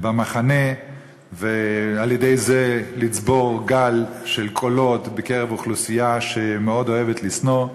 במחנה ועל-ידי זה לצבור גל של קולות בקרב אוכלוסייה שמאוד אוהבת לשנוא.